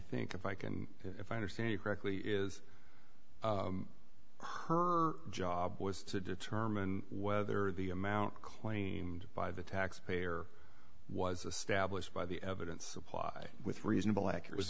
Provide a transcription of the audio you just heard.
think if i can if i understand you correctly is her job was to determine whether the amount claimed by the taxpayer was established by the evidence apply with reasonable ac